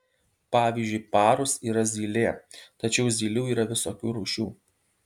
pavyzdžiui parus yra zylė tačiau zylių yra visokių rūšių